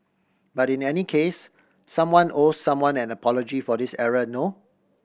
but in any case someone owe someone an apology for this error no